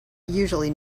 usually